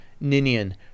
Ninian